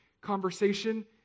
conversation